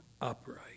upright